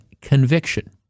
conviction